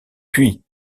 puis